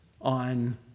On